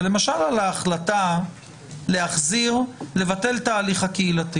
אבל למשל על ההחלטה לבטל את ההליך הקהילתי